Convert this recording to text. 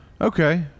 okay